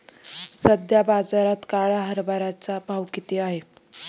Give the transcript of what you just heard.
सध्या बाजारात काळ्या हरभऱ्याचा भाव किती आहे?